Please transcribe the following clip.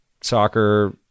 soccer